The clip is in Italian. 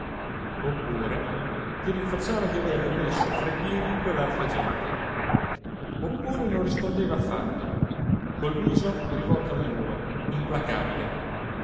oppure gli rinfacciava di averle messo fra i piedi quell'altra gente oppure non rispondeva affatto col viso rivolto al muro implacabile